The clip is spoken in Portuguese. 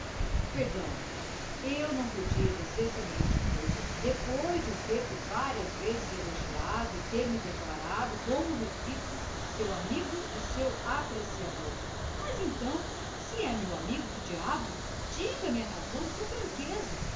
perdão eu não podia dizer semelhante coisa depois de o haver elogiado por várias vezes e ter-me declarado como repito seu amigo e seu apreciador mas então se é meu amigo que diabo diga-me a razão com franqueza